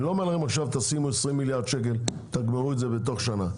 אני לא אומר לכם לשים 20 מיליארד שקל ותגמרו את זה תוך שנה,